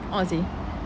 a'ah seh